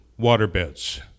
waterbeds